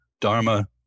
Dharma